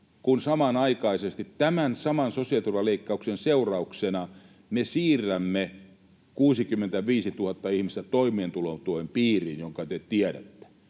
kun samanaikaisesti tämän saman sosiaaliturvaleikkauksen seurauksena me siirrämme 65 000 ihmistä toimeentulotuen piiriin, jonka te tiedätte.